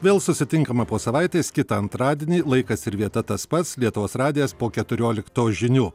vėl susitinkame po savaitės kitą antradienį laikas ir vieta tas pats lietuvos radijas po keturioliktos žinių